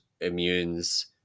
immunes